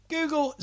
Google